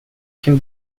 can